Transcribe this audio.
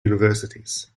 universities